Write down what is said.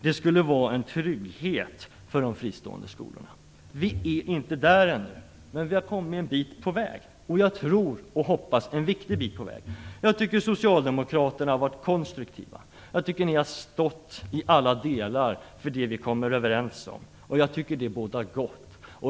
Det skulle vara en trygghet för de fristående skolorna. Vi är inte där ännu, men vi har kommit en viktig bit på vägen. Jag tycker att socialdemokraterna har varit konstruktiva. De har stått i alla delar för det som vi kommit överens om. Det bådar gott.